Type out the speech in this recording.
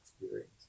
experience